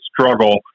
struggle